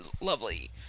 lovely